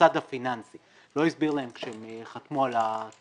- המוסד הפיננסי לא הסביר להם כשהם חתמו על הטופס